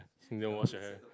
never wash your hair